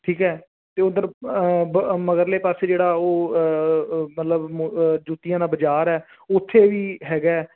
ਠੀਕ ਹੈ ਅਤੇ ਉੱਧਰ ਬ ਮਗਰਲੇ ਪਾਸੇ ਜਿਹੜਾ ਉਹ ਮਤਲਬ ਜੁੱਤੀਆਂ ਦਾ ਬਾਜ਼ਾਰ ਹੈ ਉੱਥੇ ਵੀ ਹੈਗਾ